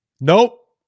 Nope